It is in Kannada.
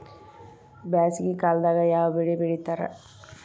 ಬ್ಯಾಸಗಿ ಕಾಲದಾಗ ಯಾವ ಬೆಳಿ ಬೆಳಿತಾರ?